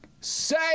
Say